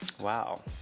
Wow